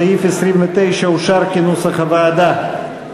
סעיף 29 אושר כנוסח הוועדה.